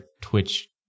Twitch